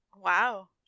Wow